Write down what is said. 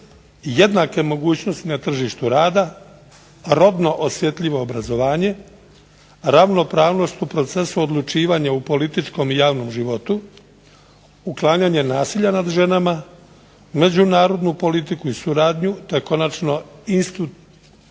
jednake mogućnosti na tržištu rada, rodno osjetljivo obrazovanje, ravnopravnost u procesu odlučivanja u političkom i javnom životu, uklanjanje nasilja među ženama, međunarodnu politiku i suradnju te konačno institucionalne